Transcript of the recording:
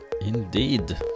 indeed